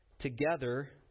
together